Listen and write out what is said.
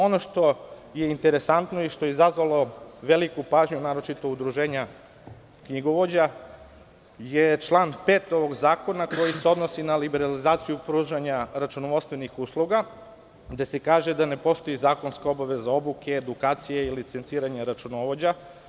Ono što je interesantno i što je izazvalo veliku pažnju naročito Udruženja knjigovođa je član 5. ovog zakona, koji se odnosi na liberalizaciju pružanja računovodstvenih usluga, gde se kaže da ne postoji zakonska obaveza obuke, edukacije i licenciranja računovođa.